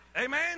Amen